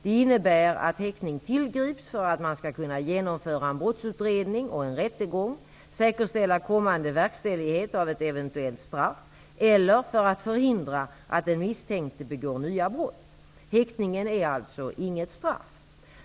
Det innebär att häktning tillgrips för att man skall kunna genomföra en brottsutredning och en rättegång, säkerställa kommande verkställighet av ett eventuellt straff eller för att förhindra att den misstänkte begår nya brott. Häktningen är alltså inget straff.